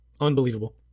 Unbelievable